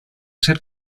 ser